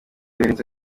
birenze